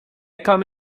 come